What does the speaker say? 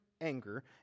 anger